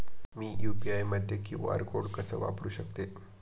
मी UPI मध्ये QR code कसा वापरु शकते?